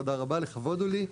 תודה רבה לכבוד הוא לי.